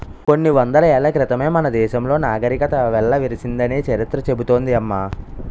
కొన్ని వందల ఏళ్ల క్రితమే మన దేశంలో నాగరికత వెల్లివిరిసిందని చరిత్ర చెబుతోంది అమ్మ